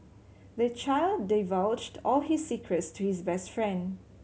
the child divulged all his secrets to his best friend